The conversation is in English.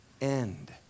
end